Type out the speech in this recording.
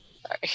sorry